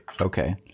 okay